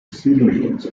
seedlings